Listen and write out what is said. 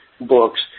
Books